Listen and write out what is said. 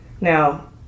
Now